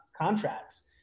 contracts